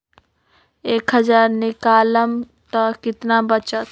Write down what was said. एक हज़ार निकालम त कितना वचत?